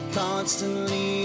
constantly